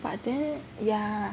but then yeah